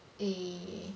eh